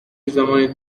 زمانی